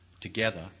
together